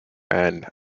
and